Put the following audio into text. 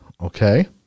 okay